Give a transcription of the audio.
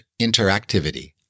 interactivity